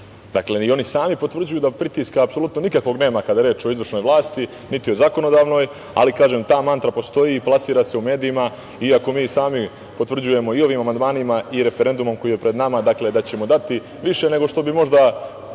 Dakle, i oni sami potvrđuju da pritiska apsolutno nikakvog nema kada je reč o izvršnoj vlasti, niti u zakonodavnoj, ali kažem ta mantra postoji i plasira se u medijima iako mi sami potvrđujemo i ovim amandmanima i referendumom koji je pred nama da ćemo dati više nego što bi možda